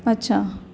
अच्छा